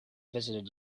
visited